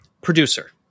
producer